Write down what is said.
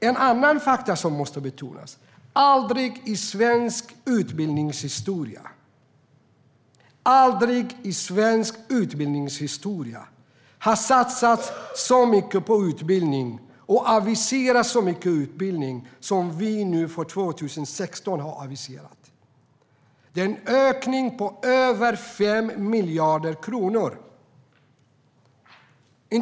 Ett annat faktum som måste betonas är att det aldrig i svensk utbildningshistoria har satsats så mycket på utbildning och aviserats så mycket till utbildning som vi nu har aviserat för 2016. Det är en ökning på över 5 miljarder kronor.